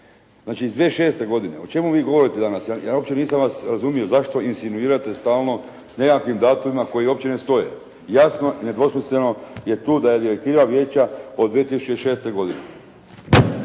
Znači, iz 2006. godine. O čemu vi govorite danas? Ja uopće nisam vas razumio zašto insinuirate stalno sa nekakvim datumima koji uopće ne stoje. Jasno i nedvosmisleno je tu da je direktiva Vijeća od 2006. godine.